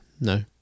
No